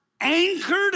anchored